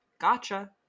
Gotcha